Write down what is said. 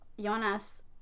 Jonas